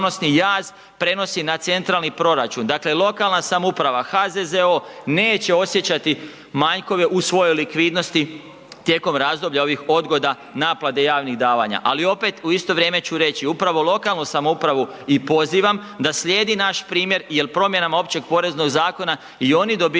prenosi na centralni proračun. Dakle, lokalna samouprava, HZZO, neće osjećati manjkove u svojoj likvidnosti tijekom razdoblja ovih odgoda naplate javnih davanja. Ali opet u isto vrijeme ću reći, upravno lokalnu samoupravu i pozivam da slijedi naš primjer jel promjenama Općeg poreznog zakona i oni dobivaju